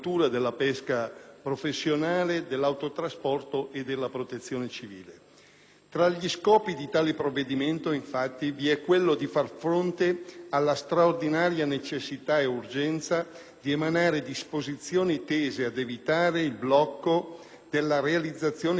Tra gli scopi di tale provvedimento, infatti, vi è quello di far fronte alla straordinaria necessità ed urgenza di emanare disposizioni intese ad evitare il blocco della realizzazione di importanti infrastrutture per lo sviluppo del Paese e di promuovere